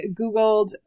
Googled